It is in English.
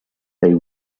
they